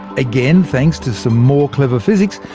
again thanks to some more clever physics,